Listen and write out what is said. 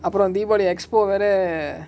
அப்ரோ:apro deepavali expo வேர:vera